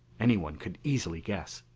anyone could easily guess.